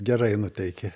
gerai nuteikia